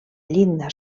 llinda